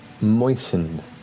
Moistened